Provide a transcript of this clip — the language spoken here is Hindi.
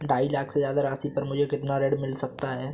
ढाई लाख से ज्यादा राशि पर मुझे कितना ऋण मिल सकता है?